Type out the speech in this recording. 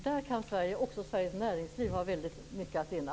Här kan Sverige, också Sveriges näringsliv, ha väldigt mycket att vinna.